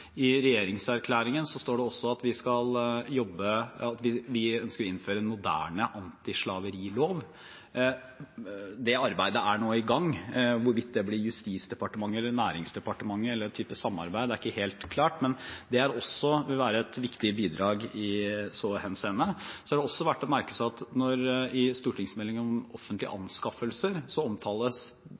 i frihandelsavtalene. I regjeringsplattformen står det også at vi ønsker å innføre en moderne antislaverilov. Det arbeidet er nå i gang. Hvorvidt det blir Justisdepartementet eller Næringsdepartementet, eller en type samarbeid, er ikke helt klart, men det vil også være et viktig bidrag i så henseende. Det er også verdt å merke seg at i stortingsmeldingen om offentlige anskaffelser omtales menneskerettigheter og arbeidstakerrettigheter bredt, og det offentlige er en stor innkjøper. Så